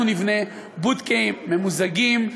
אנחנו נבנה בודקות ממוזגות,